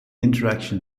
interaction